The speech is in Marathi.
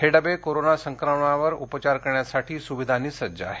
हे डबे कोरोना संक्रमणावर उपचार करण्यासाठी सुविधांनी सज्ज आहेत